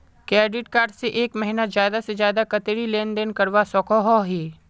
Credit card से एक महीनात ज्यादा से ज्यादा कतेरी लेन देन करवा सकोहो ही?